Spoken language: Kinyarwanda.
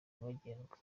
nyabagendwa